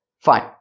Fine